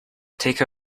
take